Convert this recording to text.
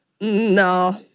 No